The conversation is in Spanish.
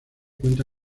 cuenta